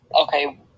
Okay